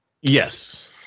Yes